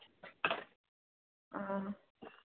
ꯑꯥ